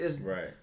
Right